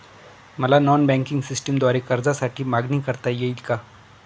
मला non banking सिस्टमद्वारे कर्जासाठी मागणी करता येईल का?